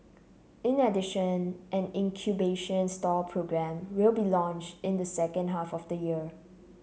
in addition an incubation stall programme will be launched in the second half of the year